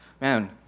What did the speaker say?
Man